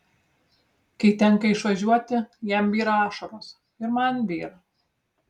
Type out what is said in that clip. kai tenka išvažiuoti jam byra ašaros ir man byra